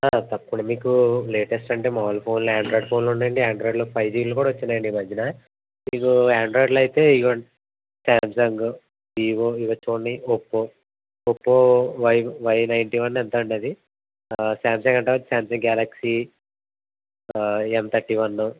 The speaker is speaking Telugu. సార్ తప్పకుండ మీకు లేటెస్ట్ అంటే మాములు ఫోన్లు ఆండ్రాయిడ్ ఫోన్లు ఉన్నాయండి ఆండ్రాయిడ్లో ఫైవ్జీలు కూడా వచ్చినాయండి ఈ మధ్యనా మీకు ఆండ్రాయిడ్లో అయితే ఇదిగోండి శాంసంగు వీవో ఇవి చూడండి Oppo Oppo Y Y ninety one ఎంత అండి అది శాంసంగ్ అంటావా శాంసంగ్ గ్యాలక్సీ ఎమ్ థర్టీ వన్ను